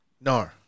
No